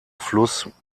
fluss